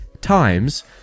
times